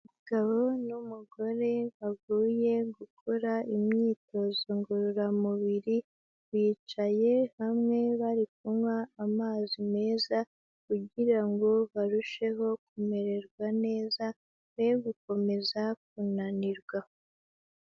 Umugabo n'umugore bavuye gukora imyitozo ngororamubiri, bicaye hamwe bari kunywa amazi meza kugira ngo barusheho kumererwa neza, be gukomeza kunanirwa.